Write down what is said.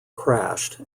crashed